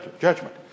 judgment